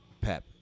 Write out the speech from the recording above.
pep